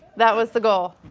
that was the goal.